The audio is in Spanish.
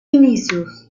inicios